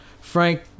frank